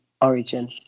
origin